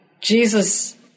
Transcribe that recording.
Jesus